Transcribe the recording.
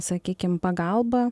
sakykim pagalba